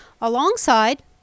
alongside